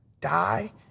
die